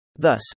Thus